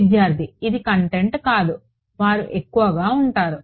విద్యార్థి ఇది కంటెంట్ కాదు వారు ఎక్కువగా ఉంటారు